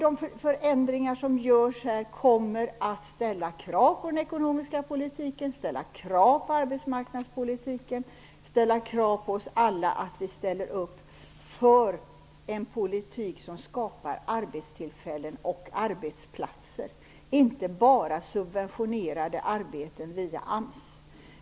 De förändringar som nu genomförs kommer att ställa krav på den ekonomiska politiken, på arbetsmarknadspolitiken och på oss alla att vi ställer upp för en politik som skapar arbetstillfällen och arbetsplatser och inte bara subventionerade arbeten via AMS.